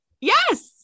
Yes